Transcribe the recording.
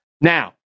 Now